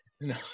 No